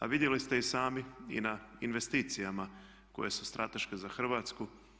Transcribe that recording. A vidjeli ste i sami i na investicijama koje su strateške za Hrvatsku.